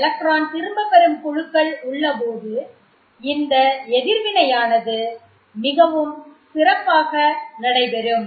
electron திரும்பப்பெறும் குழுக்கள் உள்ளபோது இந்த எதிர்வினை யானது மிகவும் சிறப்பாக நடைபெறும்